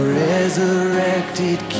resurrected